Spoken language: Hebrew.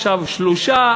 ועכשיו 3,